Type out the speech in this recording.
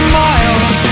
miles